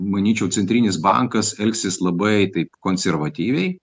manyčiau centrinis bankas elgsis labai taip konservatyviai